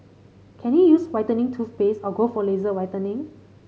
can he use whitening toothpaste or go for laser whitening